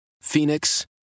Phoenix